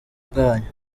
bwanyu